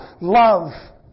love